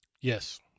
yes